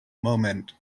moment